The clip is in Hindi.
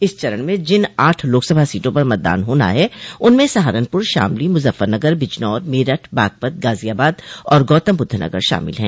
इस चरण में जिन आठ लोकसभा सीटों पर मतदान होना है उनमें सहारनपुर शामली मुजफ्फरनगर बिजनौर मेरठ बागपत गाजियाबाद और गौतमबुद्ध नगर शामिल है